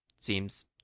seems